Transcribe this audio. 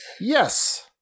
Yes